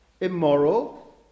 immoral